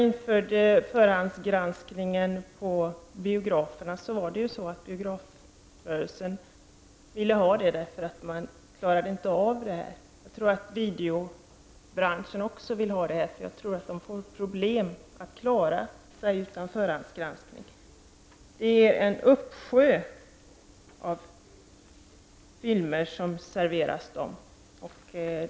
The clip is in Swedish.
När förhandsgranskningen på biograferna infördes ville biografrörelsen ha den, då man inte klarade av det själv. Jag tror att videobranschen också vill ha förhandsgranskning, då de får svårt att klara sig utan den, med den uppsjö av filmer som serveras.